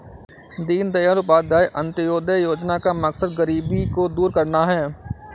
दीनदयाल उपाध्याय अंत्योदय योजना का मकसद गरीबी को दूर करना है